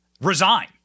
Resign